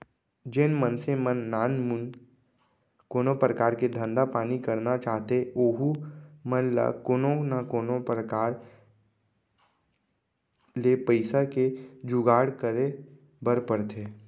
जेन मनसे मन नानमुन कोनो परकार के धंधा पानी करना चाहथें ओहू मन ल कोनो न कोनो प्रकार ले पइसा के जुगाड़ करे बर परथे